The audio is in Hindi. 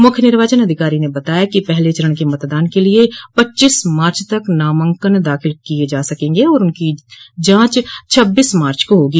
मुख्य निर्वाचन अधिकारी ने बताया कि पहले चरण के मतदान के लिए पच्चीस मार्च तक नामांकन दाखिल किया जा सकेंगे और उनकी जांच छब्बीस मार्च को होगी